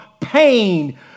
pain